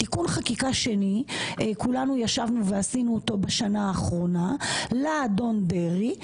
תיקון חקיקה שני כולנו ישבנו ועשינו אותו בשנה האחרונה לאדון דרעי,